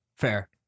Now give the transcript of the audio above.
Fair